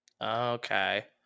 Okay